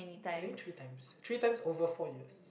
I think three times three times over four years